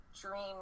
dream